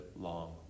long